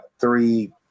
three